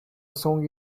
song